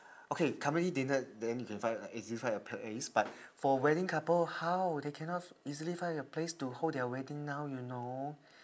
okay company dinner then you can find easily find a place but for wedding couple how they cannot easily find a place to hold their wedding now you know